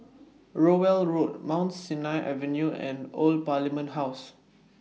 Rowell Road Mount Sinai Avenue and Old Parliament House